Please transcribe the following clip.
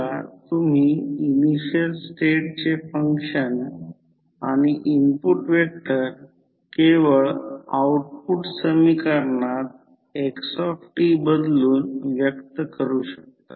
याचा अर्थ हे ∅∅ ∅m sin ω t आहे याचा अर्थ हे V1 प्रत्यक्षात या ∅ ला 90° ने लीड करत आहे नंतर V1 E1 आहे